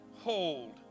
hold